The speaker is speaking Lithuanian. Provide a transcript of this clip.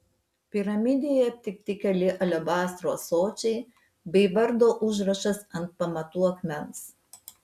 piramidėje aptikti keli alebastro ąsočiai bei vardo užrašas ant pamatų akmens